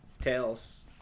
tails